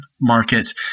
market